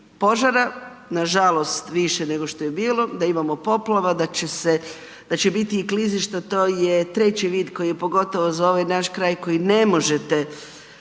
nažalost više nego što je bilo, da imamo poplava, da će se, da će biti i klizišta, to je treći vid koji je pogotovo za ovaj naš kraj koji ne možete